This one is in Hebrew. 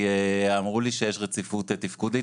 כי אמרו לי שיש רציפות תפקודית,